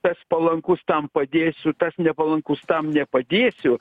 tas palankus tam padėsiu tas nepalankus tam nepadėsiu